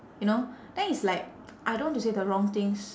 you know then it's like I don't want to say the wrong things